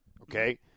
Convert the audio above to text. Okay